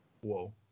whoa